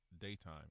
daytime